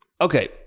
Okay